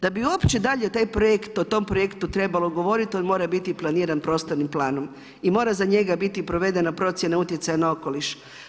Da bi uopće dalje o tom projektu trebalo govoriti, on mora biti planiran prostornim planom i mora za njega biti provedena procjena utjecaja na okoliš.